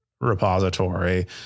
repository